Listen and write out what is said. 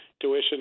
tuition